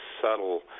subtle